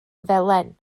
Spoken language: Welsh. felen